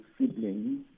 siblings